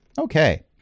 okay